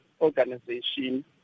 organization